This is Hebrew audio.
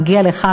מגיע לךְ,